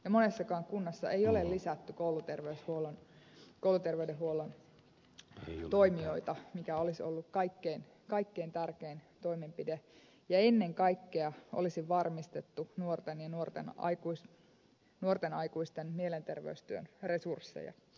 monessakaan kunnassa ei ole lisätty kouluterveydenhuollon toimijoita mikä olisi ollut kaikkein tärkein toimenpide ja ennen kaikkea olisi varmistettu nuorten ja nuorten aikuisten mielenterveystyön resursseja